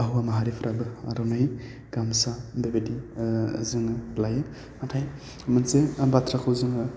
हौवा माहारिफोराबो आर'नाइ गामसा बेबादि जोङो लायो नाथाय मोनसे बाथ्राखौ जोङो